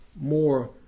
more